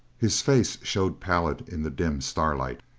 his face showed pallid in the dim starlight.